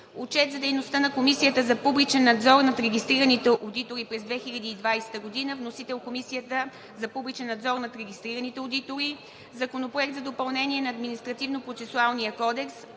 Отчет за дейността на Комисията за публичен надзор над регистрираните одитори през 2020 г. Вносител – Комисията за публичен надзор над регистрираните одитори. Законопроект за допълнение на Административнопроцесуалния кодекс.